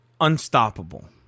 unstoppable